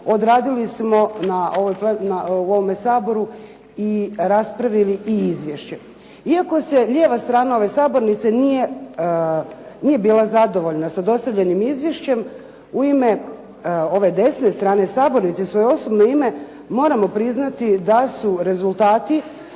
odradili smo u ovome Saboru i raspravili i izvješće. Iako se lijeva strana ove sabornice nije bila zadovoljna sa dostavljenim izvješćem u ime ove desne strane sabornice i u svoje osobne ime, moramo priznati da su rezultati